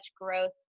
growth